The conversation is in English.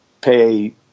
pay